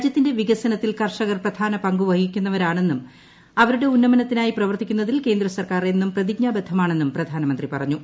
രാജ്യത്തിന്റെ വികസനത്തിൽ കർഷകർ പ്രധാന പങ്കു വഹിക്കുന്നവരാണെന്നും അവരുടെ ഉന്നമനത്തിനായി പ്രവർത്തിക്കുന്നതിൽ കേന്ദ്ര സർക്കാർ എന്നും പ്രതിജ്ഞാബദ്ധ മാണെന്നും പ്രധാനമന്ത്രി പറഞ്ഞു